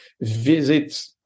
visit